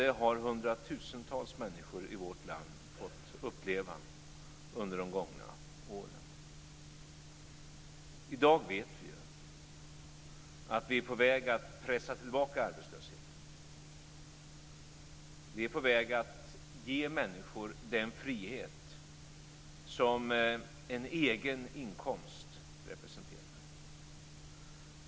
Det har hundratusentals människor i vårt land fått uppleva under de gångna åren. I dag vet vi ju att vi är på väg att pressa tillbaka arbetslösheten. Vi är på väg att ge människor den frihet som en egen inkomst representerar.